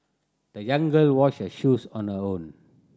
the young girl washed her shoes on her own